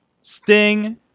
Sting